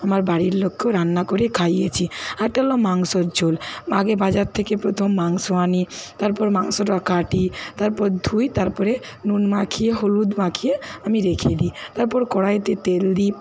আমার বাড়ির লোককেও রান্না করে খাইয়েছি আর একটা হল মাংসর ঝোল আগে বাজার থেকে প্রথম মাংস আনি তারপর মাংসটা কাটি তারপর ধুই তারপরে নুন মাখিয়ে হলুদ মাখিয়ে আমি রেখে দিই তারপর কড়াইতে তেল দিই